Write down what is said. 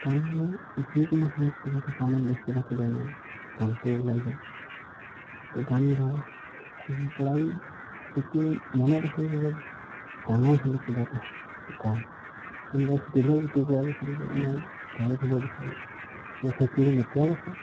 গান মোৰ যিকোনো সময়ত কিবা এটা কামত ব্যস্ত থাকিলেও মই গানটো ওলাই যায় কিন্তু গান গাওঁ সৰুৰপৰাই এইটো মনত আছে যে ডাঙৰ হ'লে কিবা এটা হ'ম গায়ক কোনোবাই সুধিলেও এইটো কোৱা গৈছিল যে মই গায়ক হ'ব বিচাৰোঁ আৰু সেইটো গুণ এতিয়াও আছে